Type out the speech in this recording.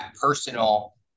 personal